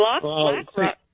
BlackRock